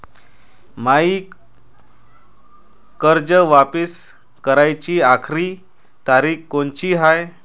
मायी कर्ज वापिस कराची आखरी तारीख कोनची हाय?